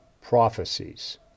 prophecies